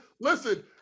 Listen